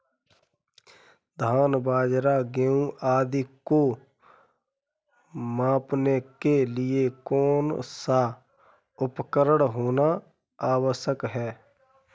धान बाजरा गेहूँ आदि को मापने के लिए कौन सा उपकरण होना आवश्यक है?